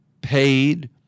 paid